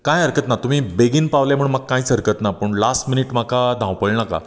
कांय हरकत ना तुमी बेगीन पावले म्हणून म्हाका कांयच हरकत ना पूण लास्ट मिनीट म्हाका धांवपळ नाका